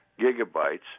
gigabytes